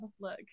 Look